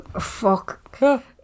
Fuck